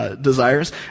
Desires